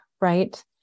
Right